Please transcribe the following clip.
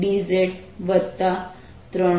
rdϕdz હશે